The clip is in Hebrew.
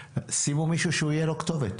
שישימו מישהו שהוא יהיה הכתובת.